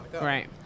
Right